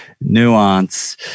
nuance